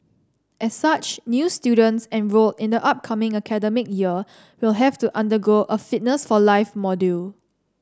as such new students enrolled in the upcoming academic year will have to undergo a Fitness for life module